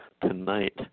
tonight